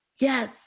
Yes